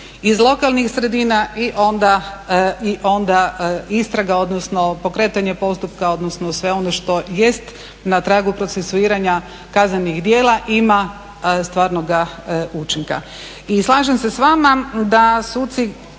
iz lokalnih sredina i onda istraga, odnosno pokretanje postupka, odnosno sve ono što jest na tragu procesuiranja kaznenih djela ima stvarnoga učinka. I slažem se s vama da suci